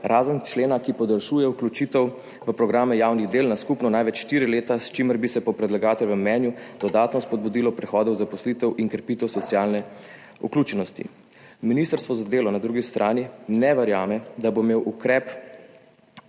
razen člena, ki podaljšuje vključitev v programe javnih del na skupno največ štiri leta, s čimer bi se po predlagateljevem mnenju dodatno spodbudilo prehod v zaposlitev in krepitev socialne vključenosti. Ministrstvo za delo na drugi strani ne verjame, da bo imel ukrep